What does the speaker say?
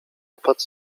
opat